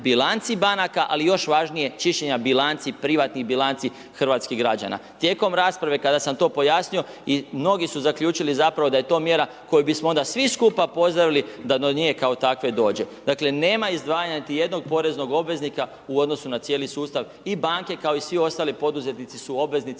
bilanci banaka, ali još važnije čišćenja bilanci, privatnih bilanci hrvatskih građana. Tijekom rasprave kada sam to pojasnio i mnogi su zaključili da je to mjera koju smo onda svi skupa pozdravili da do nje, kao takve i dođe. Dakle nema izdvajanja niti jednog poreznog obveznika u odnosu na cijeli sustav i banke, kao i svi ostali poduzetnici su obveznici